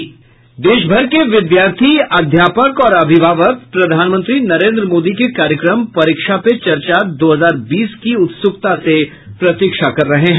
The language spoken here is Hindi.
देशभर के विद्यार्थी अध्यापक और अभिभावक प्रधानमंत्री नरेन्द्र मोदी के कार्यक्रम परीक्षा पे चर्चा दो हजार बीस की उत्सुकता से प्रतीक्षा कर रहे हैं